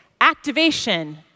Activation